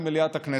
במליאת הכנסת: